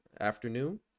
afternoon